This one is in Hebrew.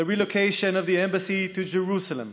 העתקת השגרירות לירושלים,